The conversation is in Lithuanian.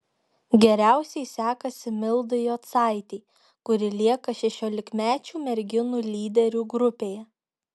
geriausiai sekasi mildai jocaitei kuri lieka šešiolikmečių merginų lyderių grupėje